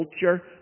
culture